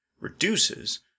reduces